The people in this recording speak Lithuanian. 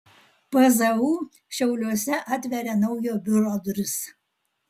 pzu šiauliuose atveria naujo biuro duris